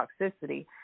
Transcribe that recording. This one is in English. toxicity